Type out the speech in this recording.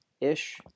ish